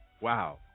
wow